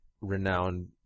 renowned